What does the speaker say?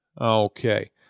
Okay